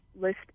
List